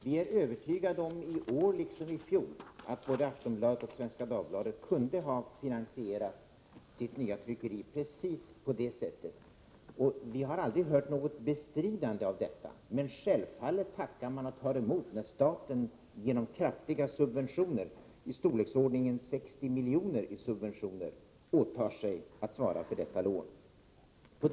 Vi är i år, liksom vi var i fjol, övertygade om att både Aftonbladet och Svenska Dagbladet kunde ha finansierat sitt nya tryckeri precis på nämnda sätt. Det är ingen som har bestritt detta, men självfallet tackar tidningarna och tar emot när staten genom kraftiga subventioner, i storleksordningen 60 miljoner, åtar sig att svara för lånet.